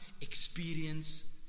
experience